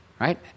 right